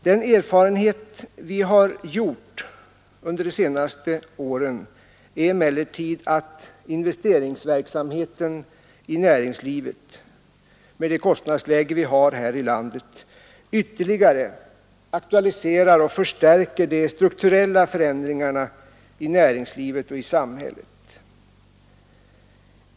Den erfarenhet vi har gjort under de senaste åren är emellertid att investeringsverksamheten i näringslivet — med det kostnadsläge vi har här i landet ytterligare aktualiserar och förstärker de strukturella förändringarna i samhället.